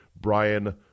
Brian